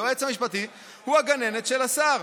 היועץ המשפטי הוא הגננת של השר.